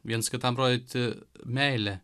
viens kitam rodyti meilę